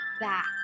back